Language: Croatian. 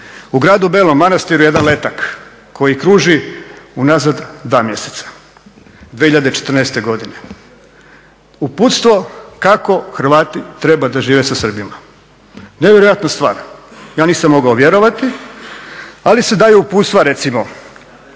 u gradu Belom Manastiru jedan letak koji kruži unazad 2 mjeseca, 2014. godine. Uputstvo kako Hrvati treba da žive sa Srbima. Nevjerojatna stvar! Ja nisam mogao vjerovati ali se daje uputstva recimo,